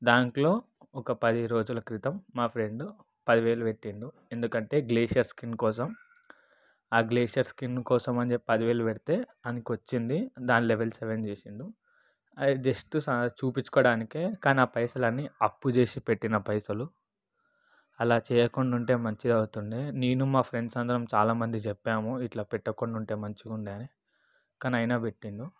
దాంట్లో ఒక పది రోజుల క్రితం మా ఫ్రెండ్ పది వేలు పెట్టాడు ఎందుకంటే గ్లేసియర్ స్కిన్ కోసం ఆ గ్లేసియర్ స్కిన్ కోసం అని చెప్పి పది వేలు పెడితే వానికి వచ్చింది దాని లెవెల్ సెవెన్ చేసాడు అది జస్ట్ చూపించుకోవాడానికి కానీ ఆ పైసలు అన్ని అప్పు చేసి పెట్టిన పైసలు అలా చేయకుండా ఉంటే మంచిగా అవుతుండే నేను మా ఫ్రెండ్స్ అందరం చాలా మంది చెప్పాము ఇట్లా పెట్టకుండా ఉంటే మంచిగా ఉండే అని కానీ అయినా పెట్టాడు